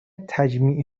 تجمیع